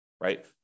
right